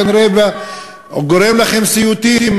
הוא לא יצא, כנראה הוא גורם לכם סיוטים.